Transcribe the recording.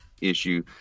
issue